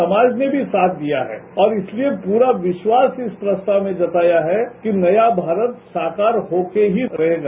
समाज ने भी साथ दिया है और इसलिए पूरा विश्वास इस प्रस्ताव में जताया है कि नया भारत साकार होकर ही रहेगा